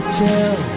tell